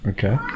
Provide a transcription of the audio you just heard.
Okay